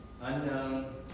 Unknown